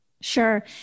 Sure